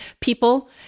people